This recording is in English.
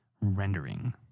rendering